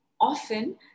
Often